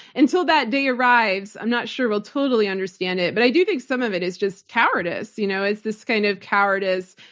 until that day arrives, i'm not sure we'll totally understand it, but i do think some of it is just cowardice. you know it's this kind of cowardice,